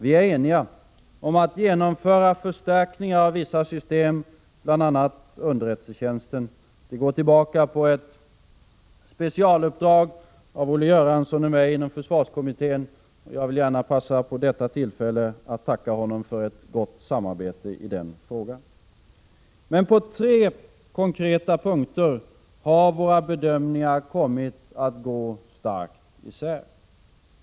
Vi är eniga om att genomföra förstärkningar av vissa system, bl.a. underrättelsetjänsten. Det går tillbaka på ett specialuppdrag av Olle Göransson och mig inom försvarskommittén. Jag vill gärna passa på att ta tillfället att tacka honom för gott samarbete i den frågan. Men på tre konkreta punkter har våra bedömningar kommit att gå starkt isär.